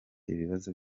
ibibazo